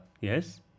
Yes